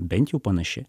bent jų panaši